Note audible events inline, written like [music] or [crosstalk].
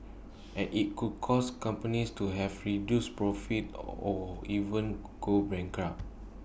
and IT could cause companies to have reduced profits [noise] or even go bankrupt